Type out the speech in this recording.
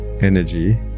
energy